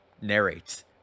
narrates